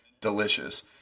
delicious